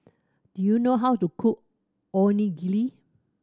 do you know how to cook Onigiri